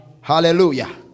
Hallelujah